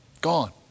gone